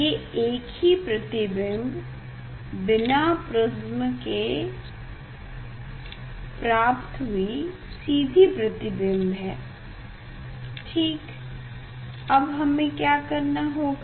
ये एक ही प्रतिबिम्ब बिना प्रिस्म के प्राप्त हुई सीधी प्रतिबिम्ब है ठीक अब हमें क्या करना होगा